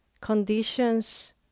Conditions